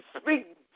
speak